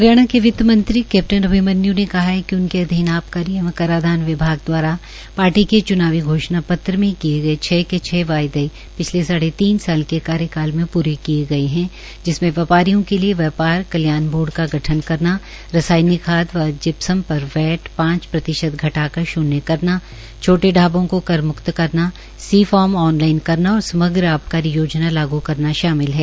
हरियाणा के वित्तमंत्री कैप्टन् अभिमन्यू ने कहा है कि उनके अधीन आबकारी एवं कराधान विभाग द्वारा पार्टी के च्नावी घोषणा पत्र में किए गए छ के छ वायदे पिछले साढ़े तीन साल के कार्यकाल में पूरे किए गए है जिसमें व्यापारीयों के लिए व्यापार कल्याण बोर्ड का गठन करना रासायनिक खाद व जिप्सम पर वैअ पांच प्रतिशत घटाकर शून्य करना छोटे ढाबों को कर म्क्त करना सी फार्म ऑन लाइन करना और समग्र आबकारी योजना लागू करना शामिल है